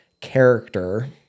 character